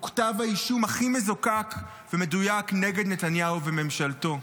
הוא כתב האישום הכי מזוקק ומדויק נגד נתניהו וממשלתו.